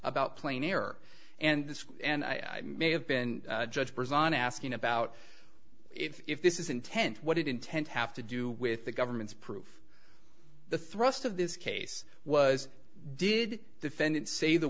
about plain error and this and i may have been judge prison asking about if this is intent what it intent have to do with the government's proof the thrust of this case was did defendant say the